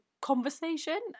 conversation